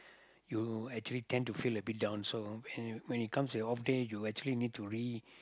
you actually tend to feel a bit down so when you when you come to your off day you actually need to re